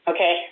Okay